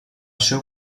seu